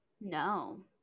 no